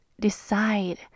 decide